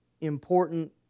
important